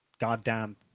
goddamn